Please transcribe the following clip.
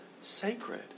sacred